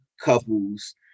couples